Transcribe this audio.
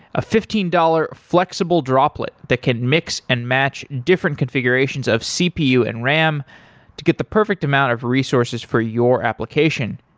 a fifteen dollars flexible droplet that can mix and match different configurations of cpu and ram to get the perfect amount of resources for your application.